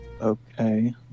Okay